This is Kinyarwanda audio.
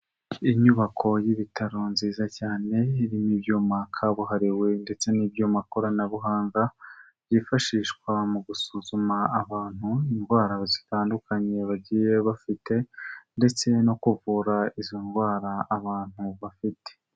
Inyubako y'ibitaro nziza cyane irimo ibyuma kabuhariwe ndetse n'ibyuma koranabuhanga byifashishwa mu gusuzuma abantu indwara zitandukanye bagiye bafite, ndetse no kuvura izo ndwara abantu bafite.